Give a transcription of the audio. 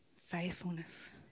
Faithfulness